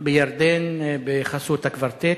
בירדן בחסות הקוורטט,